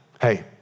Hey